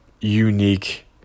unique